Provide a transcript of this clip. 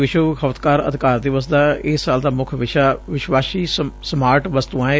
ਵਿਸ਼ਵ ਖ਼ਪਤਕਾਰ ਅਧਿਕਾਰ ਦਿਵਸ ਦਾ ਇਸ ਸਾਲ ਦਾ ਮੁੱਖ ਵਿਸ਼ਾ ਵਿਸ਼ਵਾਸ਼ੀ ਸਮਾਰਟ ਵਸਤੁਆਂ ਏ